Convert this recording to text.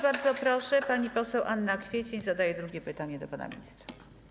Bardzo proszę, pani poseł Anna Kwiecień zadaje drugie pytanie skierowane do pana ministra.